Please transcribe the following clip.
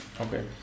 okay